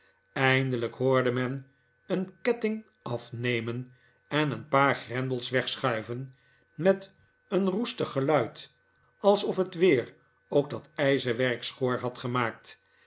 eindelijk hoorde men een ketting afnemen en een paar grendels wegschuiven met een roestig geluid alsof het weer ook dat ijzerwerk schor had gemaakt